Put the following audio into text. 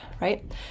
right